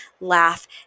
laugh